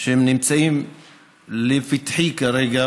שנמצאים לפתחי כרגע,